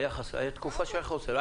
הייתה תקופה של מחסור.